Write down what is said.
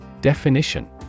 Definition